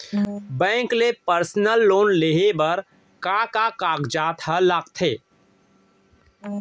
Bank ले personal loan लेये बर का का कागजात ह लगथे?